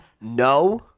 No